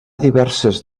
diverses